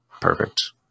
perfect